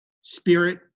spirit